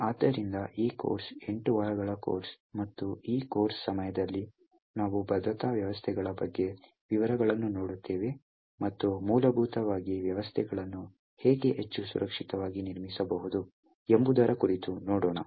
ಆದ್ದರಿಂದ ಈ ಕೋರ್ಸ್ ಎಂಟು ವಾರಗಳ ಕೋರ್ಸ್ ಮತ್ತು ಈ ಕೋರ್ಸ್ ಸಮಯದಲ್ಲಿ ನಾವು ಭದ್ರತಾ ವ್ಯವಸ್ಥೆಗಳ ಬಗ್ಗೆ ವಿವರಗಳನ್ನು ನೋಡುತ್ತೇವೆ ಮತ್ತು ಮೂಲಭೂತವಾಗಿ ವ್ಯವಸ್ಥೆಗಳನ್ನು ಹೇಗೆ ಹೆಚ್ಚು ಸುರಕ್ಷಿತವಾಗಿ ನಿರ್ಮಿಸಬಹುದು ಎಂಬುದರ ಕುರಿತು ನೋಡೋಣ